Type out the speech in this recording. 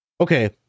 Okay